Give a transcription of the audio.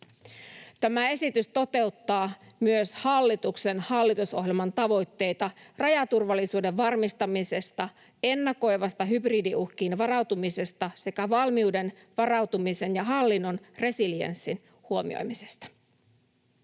Tämä esitys toteuttaa myös hallituksen hallitusohjelman tavoitteita rajaturvallisuuden varmistamisesta, ennakoivasta hybridiuhkiin varautumisesta sekä valmiuden, varautumisen ja hallinnon resilienssin huomioimisesta.